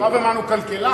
פרופסור ברוורמן הוא כלכלן,